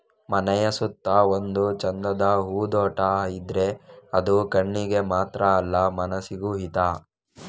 ಮನೆಯ ಸುತ್ತ ಒಂದು ಚಂದದ ಹೂದೋಟ ಇದ್ರೆ ಅದು ಕಣ್ಣಿಗೆ ಮಾತ್ರ ಅಲ್ಲ ಮನಸಿಗೂ ಹಿತ